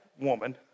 woman